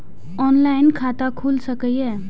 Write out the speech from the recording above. Online खाता खुल सके ये?